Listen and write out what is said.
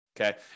okay